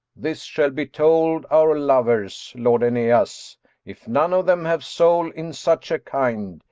this shall be told our lovers, lord aeneas. if none of them have soul in such a kind,